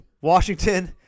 Washington